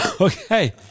Okay